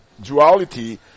duality